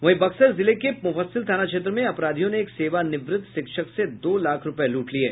वहीं बक्सर जिले के मुफस्सिल थाना क्षेत्र में अपराधियों ने एक सेवानिवृत्त शिक्षक से दो लाख रूपये लूट लिये